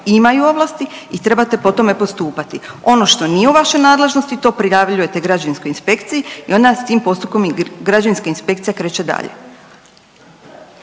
imaju ovlasti i trebate po tome postupati. Ono što nije u vašoj nadležnosti to prijavljujete Građevinskoj inspekciji i ona s tim postupkom i Građevinska inspekcija kreće dalje.